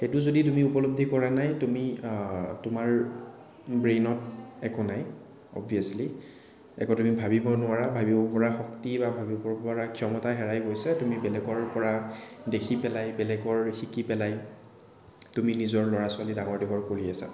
সেইটো যদি তুমি উপলদ্ধি কৰা নাই তুমি তোমাৰ ব্ৰেইনত একো নাই অৱভিয়াচলি একো তুমি ভাবিব নোৱাৰা ভাবিব পৰা শক্তি বা ভাৱিব পৰা ক্ষমতা হেৰাই গৈছে তুমি বেলেগৰপৰা দেখি পেলাই বেলগৰ শিকি পেলাই তুমি নিজৰ ল'ৰা ছোৱালী ডাঙৰ দীঘল কৰি আছাঁ